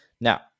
Now